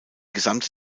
gesamte